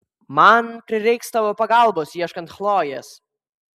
man prireiks tavo pagalbos ieškant chlojės